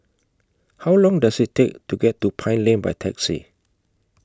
How Long Does IT Take to get to Pine Lane By Taxi